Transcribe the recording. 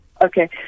Okay